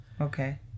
Okay